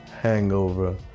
hangover